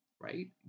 right